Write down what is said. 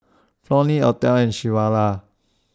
Flonnie Othel and Shawanda